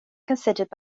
considered